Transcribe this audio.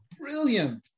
brilliant